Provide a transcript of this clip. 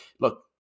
Look